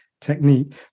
technique